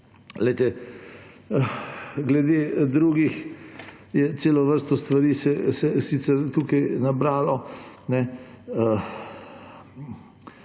Glede drugih se je celo vrsto stvari sicer tukaj nabralo.